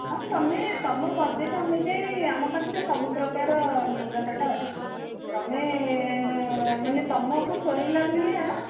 ହଁ ତୁମେ ତୁମ ବଜେଟ୍ ଅନୁଯାୟୀ ଆମ ପାଖରେ ସବୁ ପ୍ରକାର ଲୁଗାପଟା ଅଛି ତୁମେ ମାନେ ତୁମକୁ ସୁହାଇଲା ଭଳିଆ